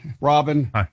Robin